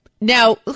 Now